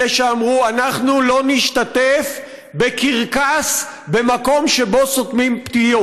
אלה שאמרו: אנחנו לא נשתתף בקרקס במקום שבו סותמים פיות.